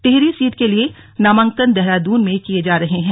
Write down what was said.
Tehri seat के लिए नामांकन देहरादून में किये जा रहे हैं